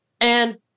And-